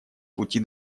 пути